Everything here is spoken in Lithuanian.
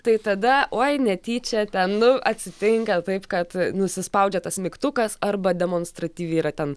tai tada oi netyčia ten nu atsitinka taip kad nusispaudžia tas mygtukas arba demonstratyviai yra ten